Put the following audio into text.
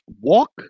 walk